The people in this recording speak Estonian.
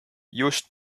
just